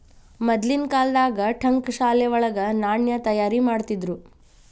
ಮದ್ಲಿನ್ ಕಾಲ್ದಾಗ ಠಂಕಶಾಲೆ ವಳಗ ನಾಣ್ಯ ತಯಾರಿಮಾಡ್ತಿದ್ರು